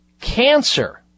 cancer